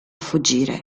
fuggire